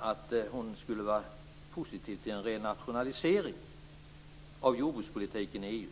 att hon skulle vara positiv till en renationalisering av jordbrukspolitiken i EU.